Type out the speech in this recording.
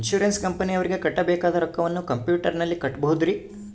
Insurance ಕಂಪನಿಯವರಿಗೆ ಕಟ್ಟಬೇಕಾದ ರೊಕ್ಕವನ್ನು ಕಂಪ್ಯೂಟರನಲ್ಲಿ ಕಟ್ಟಬಹುದ್ರಿ?